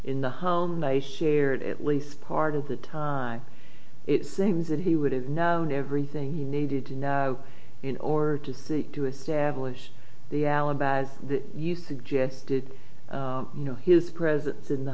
in the home a shared at least part of the time it seems that he would have known everything you needed to know in order to seek to establish the alibis you suggested you know his presence in the